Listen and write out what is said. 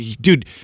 dude